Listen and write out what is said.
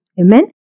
Amen